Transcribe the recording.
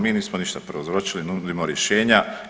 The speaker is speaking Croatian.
Mi nismo ništa prouzročili, nudimo rješenja.